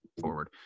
forward